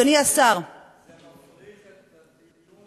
זה מפריך את הטיעון